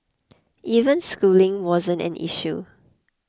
even schooling wasn't an issue